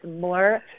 more